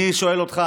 אני שואל אותך,